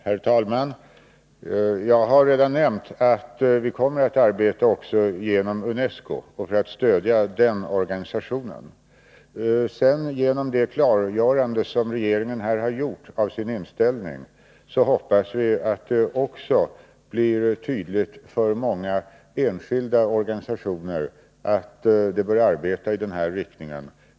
Herr talman! Jag har redan nämnt att vi kommer att arbeta också genom UNESCO och för att stödja den organisationen. Genom det klargörande av sin inställning som regeringen här har gjort hoppas vi att det också blir tydligt för många enskilda organisationer att de bör arbeta i den här riktningen.